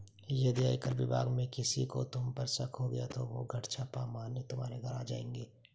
यदि आयकर विभाग में किसी को तुम पर शक हो गया तो वो छापा मारने तुम्हारे घर आ जाएंगे